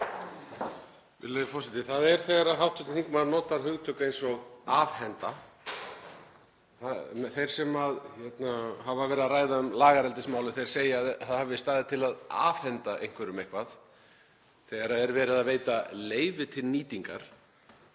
Það er þegar hv. þingmaður notar hugtök eins og „afhenda“. Þeir sem hafa verið að ræða um lagareldismálin segja að það hafi staðið til að afhenda einhverjum eitthvað þegar er verið að veita leyfi til nýtingar.